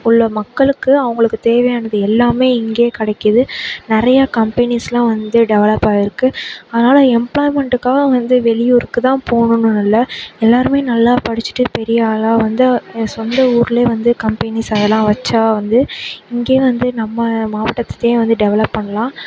உள்ள மக்களுக்கு அவங்களுக்கு தேவையானது எல்லாமே இங்கேயே கிடைக்கிது நிறையா கம்பெனிஸ்லாம் வந்து டெவலப் ஆகிருக்கு அதனால் எம்ப்ளாய்மெண்ட்காக வந்து வெளியூருக்கு தான் போகணுன்னு இல்லை எல்லோருமே நல்லா படிச்சுட்டு பெரிய ஆளாக வந்து என் சொந்த ஊரிலயே வந்து கம்பெனிஸ் அதெல்லாம் வெச்சா வந்து இங்கேயே வந்து நம்ம மாவட்டத்தையே வந்து டெவலப் பண்ணலாம்